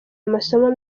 amasomo